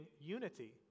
unity